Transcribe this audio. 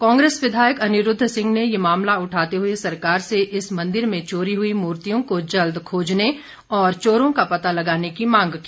कांग्रेस विधायक अनिरुद्व सिंह ने यह मामला उठाते हुए सरकार से इस मंदिर से चोरी हुई मूर्तियों को जल्द खोजने और चोरों का पता लगाने की मांग की